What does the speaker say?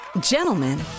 Gentlemen